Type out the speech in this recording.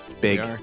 Big